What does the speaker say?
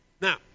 Now